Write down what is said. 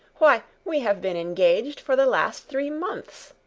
why, we have been engaged for the last three months.